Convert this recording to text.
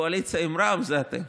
בקואליציה עם רע"מ זה אתם.